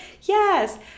yes